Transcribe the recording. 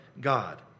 God